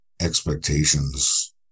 expectations